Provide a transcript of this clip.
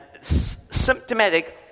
symptomatic